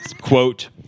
Quote